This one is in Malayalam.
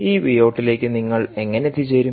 ഈ വി ഔട്ട് ലേക്ക് നിങ്ങൾ എങ്ങനെ എത്തിച്ചേരും